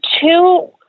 two